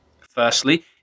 Firstly